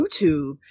YouTube